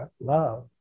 love